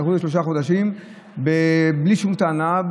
דחו בשלושה חודשים בלי שום טענה.